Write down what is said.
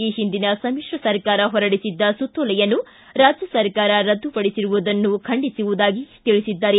ಈ ಒಂದಿನ ಸಮಿತ್ರ ಸರ್ಕಾರ ಹೊರಡಿಸಿದ್ದ ಸುತ್ತೋಲೆಯನ್ನು ರಾಜ್ಯ ಸರ್ಕಾರ ರದ್ದುಪಡಿಸಿರುವುದನ್ನು ಖಂಡಿಸುವುದಾಗಿ ತಿಳಿಸಿದ್ದಾರೆ